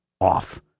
off